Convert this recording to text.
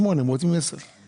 עוד בלוף של 100 הימים הראשונים.